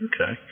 Okay